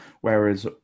Whereas